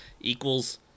equals